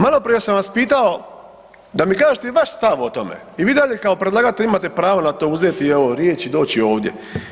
Maloprije sam vas pitao da mi kažete vaš stav o tome i vi i dalje kao predlagatelj imate pravo na to, uzeti evo riječ i doći ovdje.